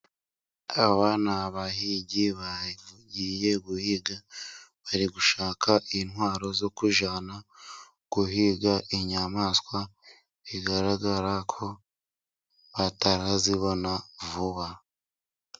Aba ni abahigi bagiye guhiga. Bari gushaka intwaro zo kujyana guhiga inyamaswa. Bigaragara ko batarazibona vuba.